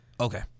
Okay